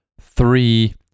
three